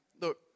look